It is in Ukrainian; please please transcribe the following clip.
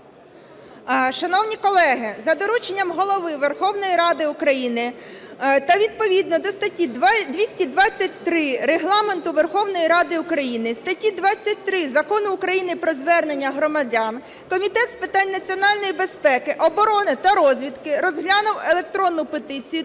Шановні колеги, за дорученням Голови Верховної Ради України та відповідно до статті 223 Регламенту Верховної Ради України, статті 23 Закону України "Про звернення громадян" Комітет з питань національної безпеки, оборони та розвідки розглянув електронну петицію